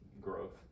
growth